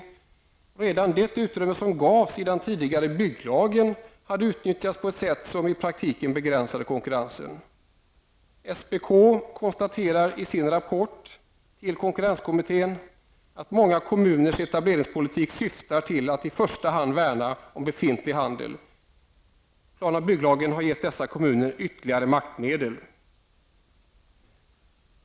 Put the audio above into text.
Redan det utrymme som gavs i den tidigare bygglagen hade utnyttjats på ett sätt som i praktiken begränsade konkurrensen. SPK konstaterar i sin rapport till konkurrenskommittén att många kommuners etableringspolitik syftar till att i första hand värna om befintlig handel. PBL har gett dessa kommuner ytterligare maktmedel.